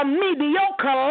mediocre